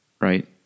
Right